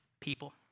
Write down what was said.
people